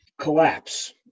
collapse